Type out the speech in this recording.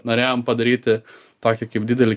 norėjom padaryti tokį kaip didelį